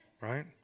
Right